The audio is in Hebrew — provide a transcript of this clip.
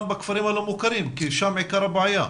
בכפרים הלא מוכרים כי שם עיקר הבעיה.